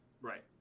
Right